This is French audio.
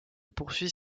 poursuit